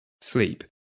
sleep